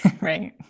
right